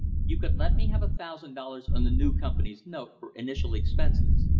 you can let me have a thousand dollars on the new company's note for initial expenses.